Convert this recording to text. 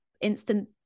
instant